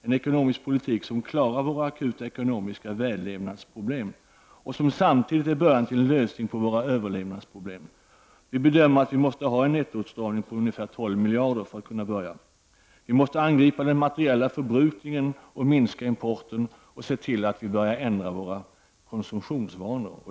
En ekonomisk politik som klarar våra akuta ekonomiska vällevnadsproblem och som samtidigt är början till lösningen på våra överlevnadsproblem. Vi bedömer att vi måste ha en nettoåtstramning på ca 12 miljarder för att kunna börja på en sådan politik. Vi måste angripa den materiella förbrukningen och minska importen t.ex. genom att börja ändra våra konsumtionsvanor.